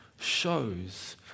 shows